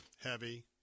heavy